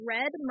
Red